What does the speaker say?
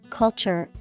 culture